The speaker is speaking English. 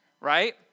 right